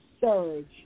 surge